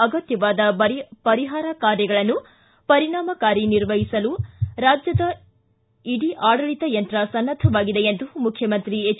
ಅಗತ್ಭವಾದ ಪರಿಹಾರ ಕಾರ್ಯಗಳನ್ನು ಪರಿಣಾಮಕಾರಿಯಾಗಿ ನಿರ್ವಹಿಸಲು ರಾಜ್ಯದ ಇಡೀ ಆಡಳಿತ ಯಂತ್ರ ಸನ್ನದ್ಧವಾಗಿದೆ ಎಂದು ಮುಖ್ಯಮಂತ್ರಿ ಎಚ್